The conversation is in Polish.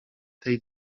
tej